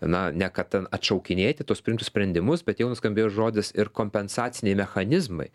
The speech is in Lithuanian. na ne kad ten atšaukinėti tuos priimtus sprendimus bet jau nuskambėjo žodis ir kompensaciniai mechanizmai